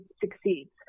succeeds